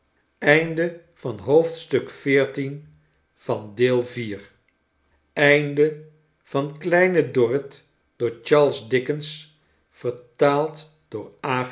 kleine dorrit door charles dickens opnieuw vert door